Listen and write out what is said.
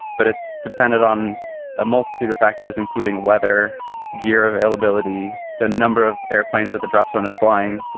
but it's dependent on a multitude of factors, including weather gear, availability, the number of airplanes that the dropzone flying.